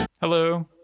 Hello